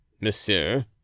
monsieur